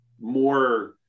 more